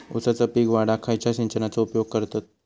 ऊसाचा पीक वाढाक खयच्या सिंचनाचो उपयोग करतत?